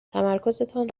تمرکزتان